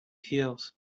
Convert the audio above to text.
heels